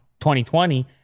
2020